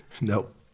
nope